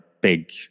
big